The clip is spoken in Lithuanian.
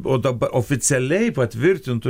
o daba oficialiai patvirtintų